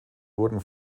wurden